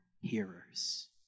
hearers